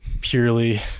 purely